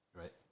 Right